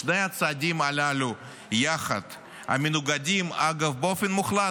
שני הצעדים הללו יחד המנוגדים, אגב, באופן מוחלט,